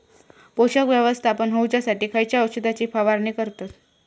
पोषक व्यवस्थापन होऊच्यासाठी खयच्या औषधाची फवारणी करतत?